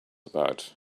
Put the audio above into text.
about